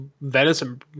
venison